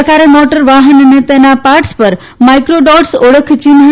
સરકારે મોટર વાફન અને તેના પાર્ટસ પર માઇક્રોડોર્ટસ ઓળખ ચિન્ફ